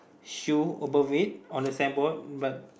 shoe above it the signboard but